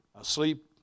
asleep